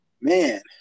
man